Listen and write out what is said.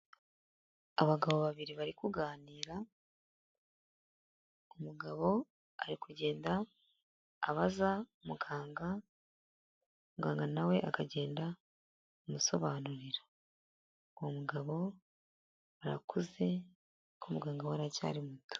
Abagabo babiri bari kuganira, umugabo ari kugenda abaza muganga, muganga nawe akagenda amusobanurira, uwo mugabo arakuze ariko muganga we aracyari muto.